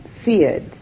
feared